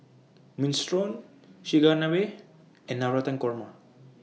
Minestrone Chigenabe and Navratan Korma